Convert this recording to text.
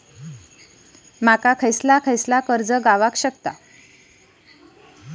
मला कोण कोणत्या प्रकारचे कर्ज मिळू शकते?